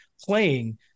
playing